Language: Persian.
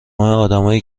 آدمایی